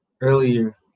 earlier